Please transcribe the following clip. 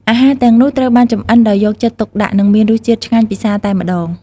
អាហារទាំងនោះ ត្រូវបានចម្អិនដោយយកចិត្តទុកដាក់ និងមានរសជាតិឆ្ងាញ់ពិសារតែម្ដង។